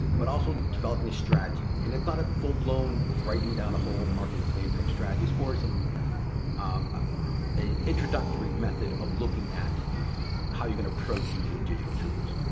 but also developing a strategy. and it's not a full blown writing down a whole marketing plan type strategy. it's more some ah introductory method of looking at how you're gonna approach using your digital tools.